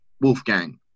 Wolfgang